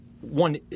One